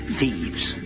thieves